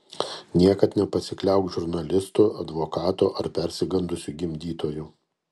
niekad nepasikliauk žurnalistu advokatu ar persigandusiu gimdytoju